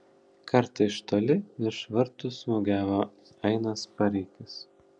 kartą iš toli virš vartų smūgiavo ainas bareikis